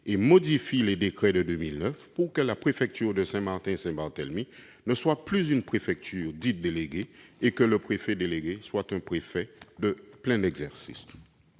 modifier les décrets de 2009, afin que la préfecture de Saint-Martin et Saint-Barthélemy ne soit plus une préfecture dite « déléguée » et que le préfet délégué soit un préfet de plein exercice.